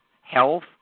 Health